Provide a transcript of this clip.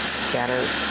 scattered